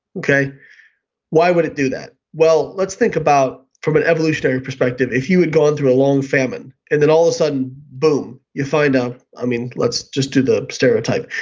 why would it do that? well, let's think about from an evolutionary perspective if you had gone through a long famine and then all of a sudden boom, you find, ah i mean let's just do the stereotype.